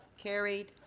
carried.